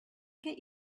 get